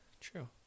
True